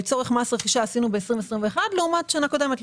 ב-2021 לצורך מס רכישה לעומת שנה קודמת,